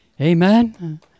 Amen